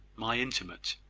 my intimate.